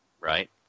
right